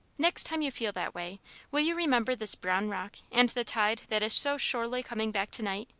next time you feel that way will you remember this brown rock and the tide that is so surely coming back tonight?